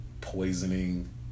poisoning